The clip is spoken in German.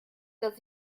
dass